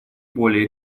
более